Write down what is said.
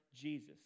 Jesus